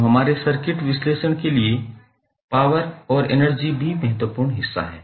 तो हमारे सर्किट विश्लेषण के लिए पॉवर और एनर्जी भी महत्वपूर्ण हिस्सा हैं